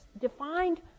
defined